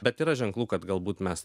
bet yra ženklų kad galbūt mes